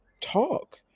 talk